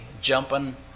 jumping